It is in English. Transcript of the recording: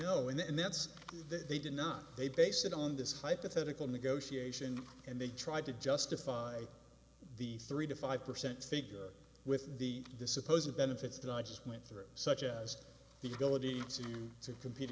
end that's that they did not they base it on this hypothetical negotiation and they tried to justify the three to five percent figure with the the supposed benefits that i just went through such as the ability to compete